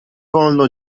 wolno